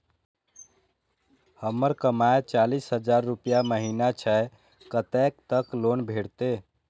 हमर कमाय चालीस हजार रूपया महिना छै कतैक तक लोन भेटते?